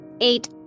Eight